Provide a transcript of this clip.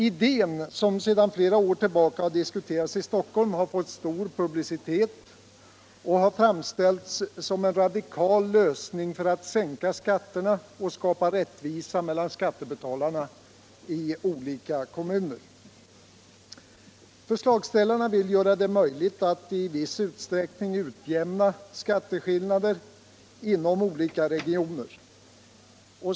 Idén, som sedan flera år tillbaka diskuterats i Stockholm, har — Provisorisk inomrefått stor publicitet och har framställts som en radikal lösning för att — gional skatteutjämsänka skatterna och skapa rättvisa mellan skattebetalare i olika kom — ningsreform muner. Förslagsställarna vill göra det möjligt att i viss utsträckning utjämna skatteskillnader inom olika regioner.